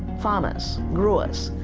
farmers, growers,